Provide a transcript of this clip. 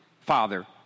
Father